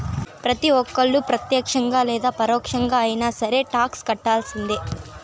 ప్రతి ఒక్కళ్ళు ప్రత్యక్షంగా లేదా పరోక్షంగా అయినా సరే టాక్స్ కట్టాల్సిందే